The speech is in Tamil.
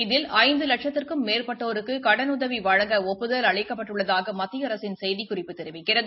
இதில் ஐந்து லட்சத்திற்கும் மேற்பட்டோருக்கு கடலுதவி வழங்க ஒப்புதல் அளிக்கப்பட்டுள்ளதாக மத்திய அரசின் செய்திக்குறிப்பு தெரிவிக்கிறது